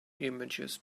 images